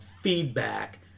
feedback